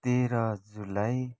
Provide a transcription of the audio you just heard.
तेह्र जुलाई